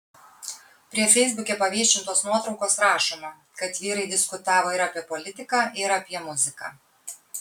prie feisbuke paviešintos nuotraukos rašoma kad vyrai diskutavo ir apie politiką ir apie muziką